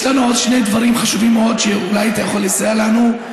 יש לנו עוד שני דברים חשובים מאוד שאולי אתה יכול לסייע לנו בהם.